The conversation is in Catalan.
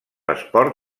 esport